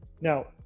Now